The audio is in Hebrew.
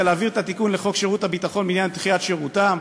להעביר את התיקון לחוק שירות הביטחון בעניין דחיית שירותם,